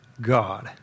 God